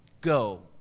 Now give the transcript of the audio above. go